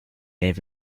gave